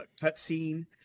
cutscene